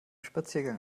spaziergang